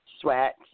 Sweat